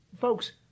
folks